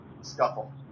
scuffle